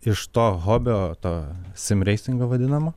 iš to hobio to sim reisingo vadinamo